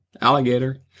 alligator